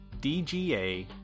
DGA